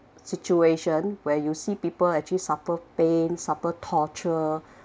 situation where you see people actually suffer pain suffer torture